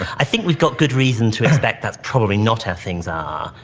i think we've got good reason to expect that's probably not how things are,